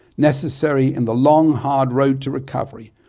necessary in the long hard road to recovery,